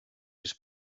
sis